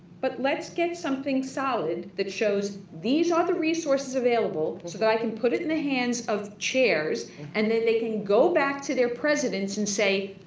but let's get something solid that shows these are the resources available so that i can put it in the hands of chairs and then they can go back to their presidents and say,